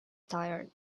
tired